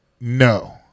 no